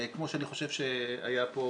כמו שאני חושב שהיה פה